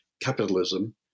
capitalism